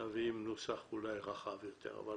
נביא נוסח אולי רחב יותר, אבל